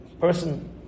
person